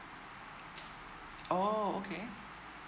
orh okay